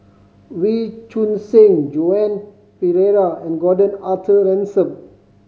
Wee Choon Seng Joan Pereira and Gordon Arthur Ransome